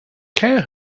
care